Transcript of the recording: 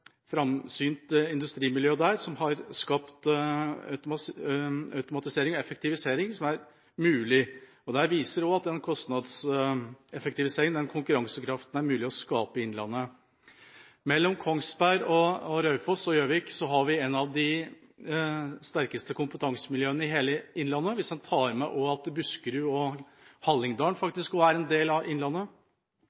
framsynt industrimiljø der som har skapt automatisering og effektivisering som er mulig, og det viser også at den kostnadseffektiviseringen, den konkurransekraften, er mulig å skape i innlandet. Mellom Kongsberg, Raufoss og Gjøvik har vi et av de sterkeste kompetansemiljøene i hele innlandet hvis en tar med at Buskerud og Hallingdalen